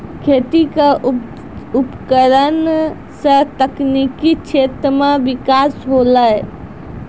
खेती क उपकरण सें तकनीकी क्षेत्र में बिकास होलय